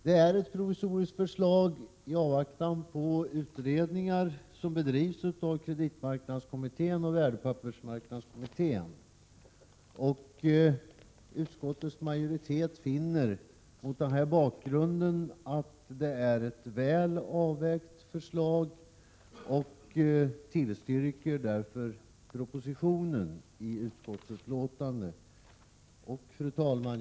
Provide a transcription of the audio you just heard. Det är ett provisoriskt förslag i avvaktan på utredningar som bedrivs av kreditmarknadskommittén och värdepappersmarknadskommittén, och utskottets majoritet finner mot denna bakgrund att det är ett väl avvägt förslag och tillstyrker därför i sitt utlåtande propositionen. Fru talman!